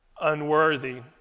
unworthy